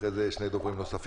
ואחרי זה יש שני דוברים נוספים.